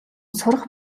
сурах